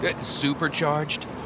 Supercharged